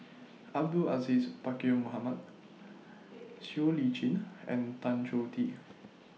Abdul Aziz Pakkeer Mohamed Siow Lee Chin and Tan Choh Tee